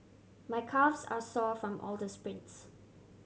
my calves are sore from all the sprints